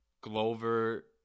Glover